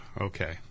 Okay